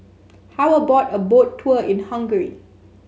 how about a Boat Tour in Hungary